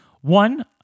one